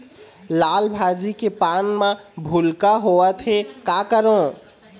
लाल भाजी के पान म भूलका होवथे, का करों?